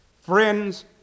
friends